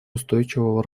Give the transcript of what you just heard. устойчивого